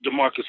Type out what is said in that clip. DeMarcus